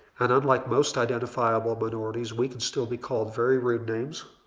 and unlike most identifiable minorities we can still be called very rude names